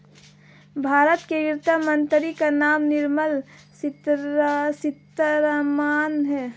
भारत के वित्त मंत्री का नाम निर्मला सीतारमन है